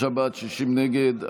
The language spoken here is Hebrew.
55 בעד, 60 נגד.